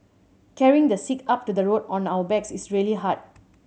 carrying the sick up to the road on our backs is really hard